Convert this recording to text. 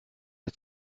der